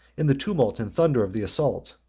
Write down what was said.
in the tumult and thunder of the assault,